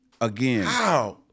again